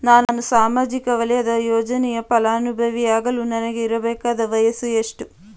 ನಾನು ಸಾಮಾಜಿಕ ವಲಯದ ಯೋಜನೆಯ ಫಲಾನುಭವಿ ಯಾಗಲು ನನಗೆ ಇರಬೇಕಾದ ವಯಸ್ಸು ಎಷ್ಟು?